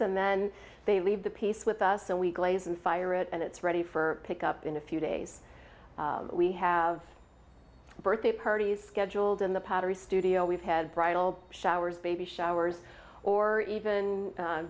and then they leave the piece with us and we glaze and fire it and it's ready for pick up in a few days we have birthday parties scheduled in the patrie studio we've had bridal showers baby showers or even